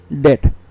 debt